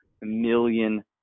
million